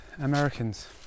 Americans